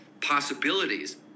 possibilities